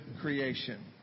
creation